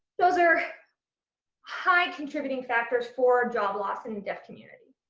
those are high contributing factors for job loss in the deaf community.